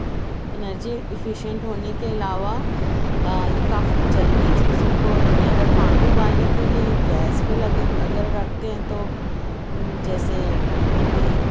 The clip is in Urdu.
انرجی افیشئینٹ ہونے کے علاوہ یہ کافی جلدی چیزوں کو یعنی اگر پانی اُبالنے کے لئے گیس پہ لگ اگر رکھتے ہیں تو جیسے مے بی